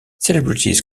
celebrities